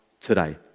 today